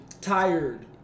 tired